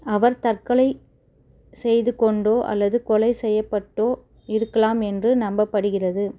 அவர் தற்கொலை செய்து கொண்டோ அல்லது கொலை செய்யப்பட்டோ இருக்கலாம் என்று நம்பப்படுகிறது